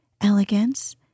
elegance